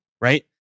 right